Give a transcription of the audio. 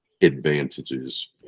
advantages